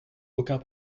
aucun